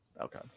Okay